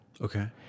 okay